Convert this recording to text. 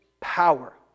Power